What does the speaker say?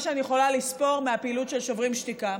שאני יכולה לספור מהפעילות של שוברים שתיקה.